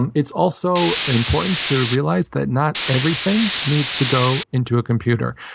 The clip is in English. and it's also important to realize that not everything needs to go into a computer.